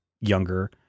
younger